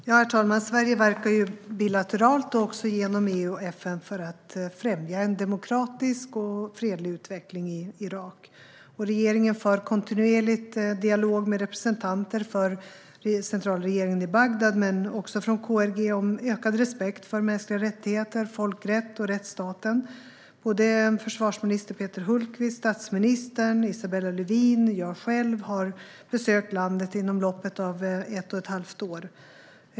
Herr talman! Sverige verkar bilateralt och också genom EU och FN för att främja en demokratisk och fredlig utveckling i Irak. Regeringen för kontinuerligt dialog med representanter för centralregeringen i Bagdad men också med KRG för ökad respekt för mänskliga rättigheter, folkrätt och rättsstaten. Försvarsminister Peter Hultqvist, statsministern, Isabella Lövin och jag själv har besökt landet inom loppet av ett och ett halvt år.